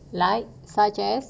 like such as